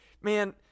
Man